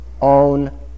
own